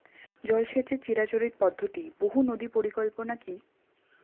জল সেচের চিরাচরিত পদ্ধতি বহু নদী পরিকল্পনা কি?